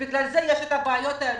בגלל זה יש הבעיות האלו,